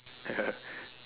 ya